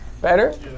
Better